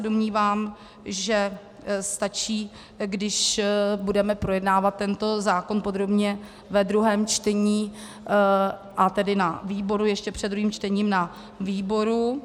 Domnívám se, že stačí, když budeme projednávat tento zákon podrobně ve druhém čtení, a tedy na výboru, ještě před druhým čtením na výboru.